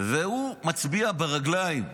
והוא מצביע ברגליים.